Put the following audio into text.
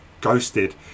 ghosted